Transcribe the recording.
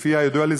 לפי הידוע לי,